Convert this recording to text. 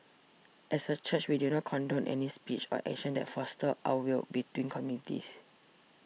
as a church we do not condone any speech or actions that foster ill will between communities